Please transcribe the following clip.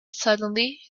suddenly